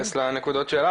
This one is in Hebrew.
לנקודות,